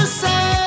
say